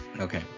okay